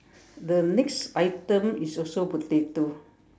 the next item is also potato